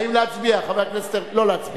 האם להצביע, חבר הכנסת, לא להצביע.